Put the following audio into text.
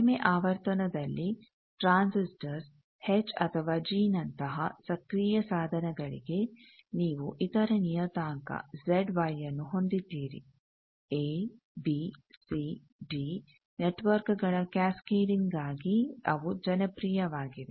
ಕಡಿಮೆ ಆವರ್ತನದಲ್ಲಿ transistors H ಅಥವಾ ಜಿ ನಂತಹ ಸಕ್ರಿಯ ಸಾಧನಗಳಿಗೆ ನೀವು ಇತರ ನಿಯತಾಂಕ ಜೆಡ್ ವೈನ್ನು ಹೊಂದಿದ್ದೀರಿ ಎ ಬಿ ಸಿಡಿ ನೆಟ್ವರ್ಕ್ಗಳ ಕ್ಯಾಸ್ಕೆಡಿಂಗ್ ಗಾಗಿ ಅವು ಜನಪ್ರಿಯವಾಗಿವೆ